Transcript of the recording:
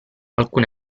alcun